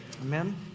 Amen